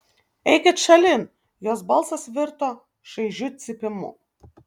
eikit šalin jos balsas virto šaižiu cypimu